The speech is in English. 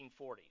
1940s